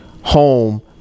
home